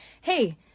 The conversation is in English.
Hey